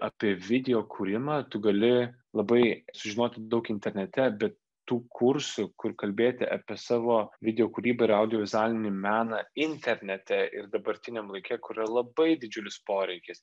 apie video kūrimą tu gali labai sužinoti daug internete be tų kursų kur kalbėti apie savo video kūrybą ir audio vizualinį meną internete ir dabartiniam laike yra labai didžiulis poreikis